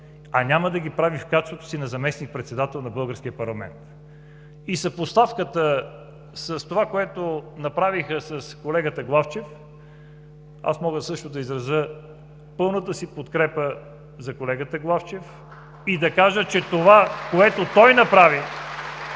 а няма да ги прави в качеството си на заместник-председател на българския парламент. Съпоставката с това, което направиха с колегата Главчев – аз мога също да изразя пълната си подкрепа за колегата Главчев и да кажа, че това, което той направи